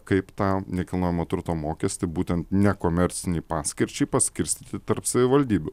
kaip tą nekilnojamo turto mokestį būtent nekomercinei paskirčiai paskirstyti tarp savivaldybių